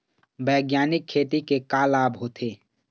बैग्यानिक खेती के का लाभ होथे?